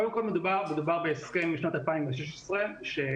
קודם כל מדובר בהסכם משנת 2016 שלפיו